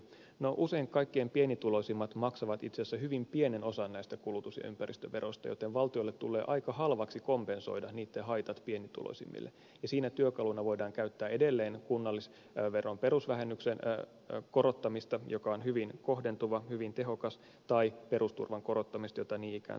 usein kaikkein pienituloisimmat maksavat itse asiassa hyvin pienen osan näistä kulutus ja ympäristöveroista joten valtiolle tulee aika halvaksi kompensoida niitten haitat pienituloisimmille ja siinä työkaluna voidaan käyttää edelleen kunnallisveron perusvähennyksen korottamista joka on hyvin kohdentuva hyvin tehokas tai perusturvan korottamista jota niin ikään tarvitaan